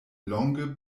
longe